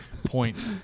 Point